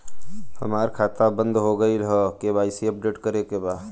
हमार खाता बंद हो गईल ह के.वाइ.सी अपडेट करे के बा?